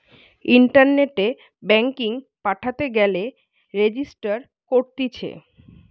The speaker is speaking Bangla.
ইন্টারনেটে ব্যাঙ্কিং পাঠাতে গেলে রেজিস্টার করতিছে